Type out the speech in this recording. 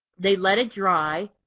they let it try.